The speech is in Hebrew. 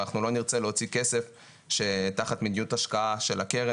ואנחנו לא נרצה להוציא כסף שהוא תחת מדיניות ההשקעה של הקרן.